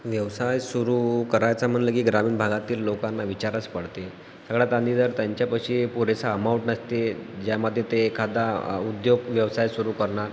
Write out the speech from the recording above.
व्यवसाय सुरू करायचा म्हणलं की ग्रामीण भागातील लोकांना विचारच पडते सगळ्यात आधी जर त्यांच्यापाशी पुरेसा अमाऊंट नसते ज्यामध्ये ते एखादा उद्योग व्यवसाय सुरू करणार